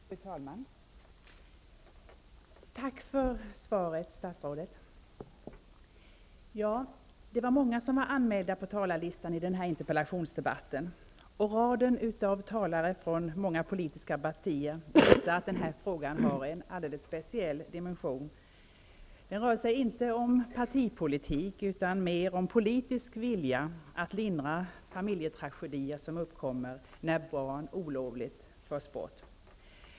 Fru talman! Tack för svaret, statsrådet! Det är många anmälda på talarlistan i den här interpellationsdebatten, och raden av talare från många politiska partier visar att frågan om bortförande av barn har en alldeles speciell dimension. Det rör sig inte om partipolitik utan mer om politisk vilja att lindra familjetragedier som uppkommer när barn olovligt förs bort.